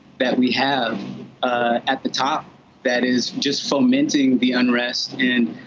that we have ah at the top that is just fomenting the unrest and,